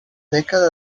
dècada